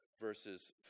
verses